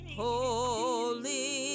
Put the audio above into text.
holy